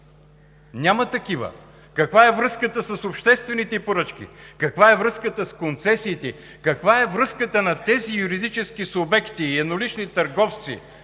Няма такива. Каква е връзката с обществените поръчки? Каква е връзката с концесиите? Каква е връзката на тези юридически субекти и еднолични търговци